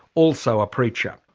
also a preacher.